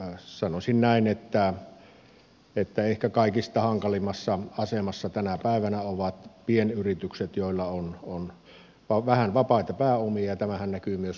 sanoisin näin että ehkä kaikista hankalimmassa asemassa tänä päivänä ovat pienyritykset joilla on vähän vapaita pääomia ja tämähän näkyy myös konkurssitilastoissa